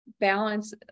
balance